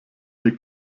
wir